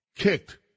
kicked